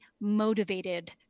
motivated